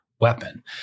weapon